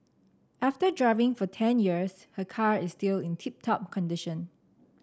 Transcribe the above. after driving for ten years her car is still in tip top condition